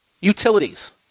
Utilities